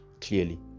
clearly